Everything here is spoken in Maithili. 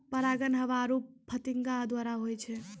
परागण हवा आरु फतीगा द्वारा होय छै